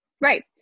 Right